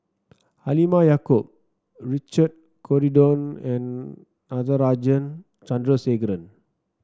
Halimah Yacob Richard Corridon and Natarajan Chandrasekaran